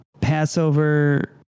Passover